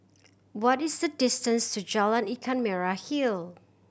what is the distance to Jalan Ikan Merah Hill